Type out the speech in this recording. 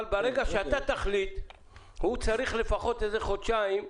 אבל ברגע שאתה תחליט הוא צריך לפחות עוד חודשיים להתארגן.